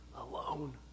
alone